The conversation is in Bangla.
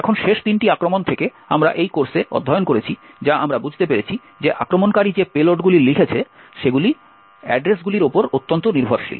এখন শেষ তিনটি আক্রমণ থেকে আমরা এই কোর্সে অধ্যয়ন করেছি যা আমরা বুঝতে পারি যে আক্রমণকারী যে পেলোডগুলি লিখেছে সেগুলি অ্যাড্রেসগুলির উপর অত্যন্ত নির্ভরশীল